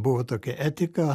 buvo tokia etika